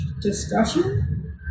discussion